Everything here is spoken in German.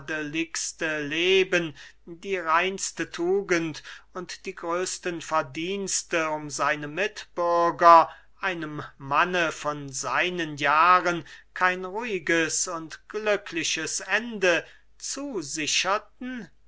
leben die reinste tugend und die größten verdienste um seine mitbürger einem manne von seinen jahren kein ruhiges und glückliches ende zusicherten